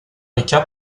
rica